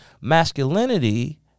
masculinity